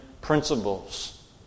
principles